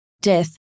death